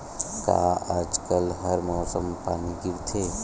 का आज कल हर मौसम पानी गिरथे?